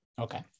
Okay